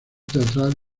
teatral